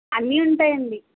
అన్నీ ఉంటాయండి